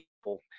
people